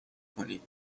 کنید